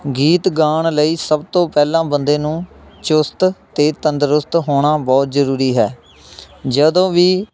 ਗੀਤ ਗਾਉਣ ਲਈ ਸਭ ਤੋਂ ਪਹਿਲਾਂ ਬੰਦੇ ਨੂੰ ਚੁਸਤ ਅਤੇ ਤੰਦਰੁਸਤ ਹੋਣਾ ਬਹੁਤ ਜ਼ਰੂਰੀ ਹੈ ਜਦੋਂ ਵੀ